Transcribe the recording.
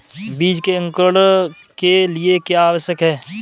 बीज के अंकुरण के लिए क्या आवश्यक है?